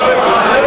לא.